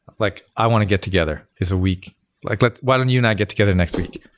like i want to get together is a week like like why don't you and i get together next week?